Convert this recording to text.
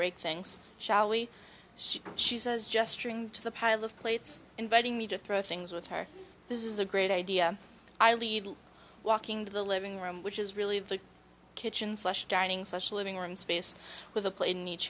break things shall we she says gesturing to the pile of plates inviting me to throw things with her this is a great idea i leave walking into the living room which is really the kitchen flush dining special living room space with a play in each